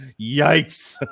Yikes